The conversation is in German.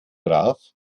brav